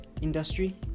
industry